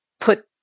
put